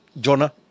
Jonah